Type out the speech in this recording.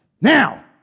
Now